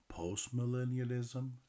postmillennialism